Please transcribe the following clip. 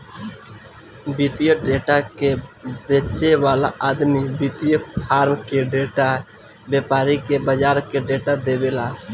वित्तीय डेटा के बेचे वाला आदमी वित्तीय फार्म के डेटा, व्यापारी के बाजार के डेटा देवेला